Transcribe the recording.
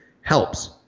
helps